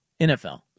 NFL